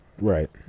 right